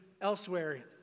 elsewhere